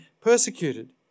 persecuted